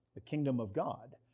the kingdom of god,